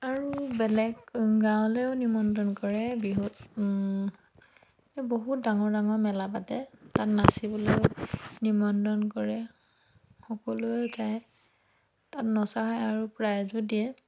আৰু বেলেগ গাঁৱলৈয়ো নিমন্ত্ৰণ কৰে বিহুত এই বহুত ডাঙৰ ডাঙৰ মেলা পাতে তাত নাচিবলৈয়ো নিমন্ত্ৰণ কৰে সকলোৱে যায় তাত নচা হয় আৰু প্ৰাইজো দিয়ে